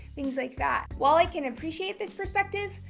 things like that. while i can appreciate this perspective,